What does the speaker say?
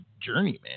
journeyman